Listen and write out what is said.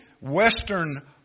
western